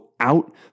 out